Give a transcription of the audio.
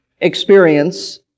experience